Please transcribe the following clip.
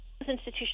institutions